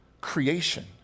creation